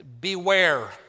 beware